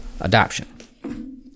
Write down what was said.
adoption